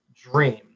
dream